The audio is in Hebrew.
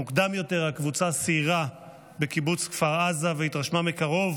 מוקדם יותר הקבוצה סיירה בקיבוץ כפר עזה והתרשמה מקרוב